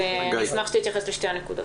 אשמח שתתייחס לשתי הנקודות.